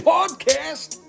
Podcast